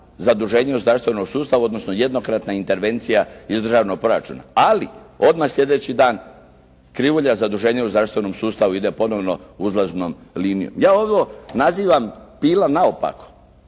zaduženja u zdravstvenom sustavu odnosno jednokratna intervencija iz Državnog proračuna. Ali odmah sljedeći dan krivulja zaduženja u zdravstvenom sustavu ide ponovo uzlaznom linijom. Ja ovo nazivam … /Govornik